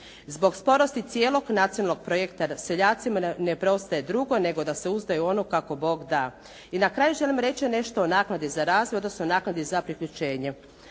Zbog sporosti cijelog nacionalnog projekta seljacima ne preostaje drugo nego da se uzadaju u ono kako Bog da. I na kraju želim reći nešto o naknadi za razvoj, odnosno naknadi za priključenje.